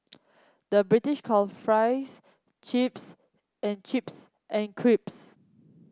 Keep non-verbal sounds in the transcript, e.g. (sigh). the British call fries chips and chips and (unintelligible)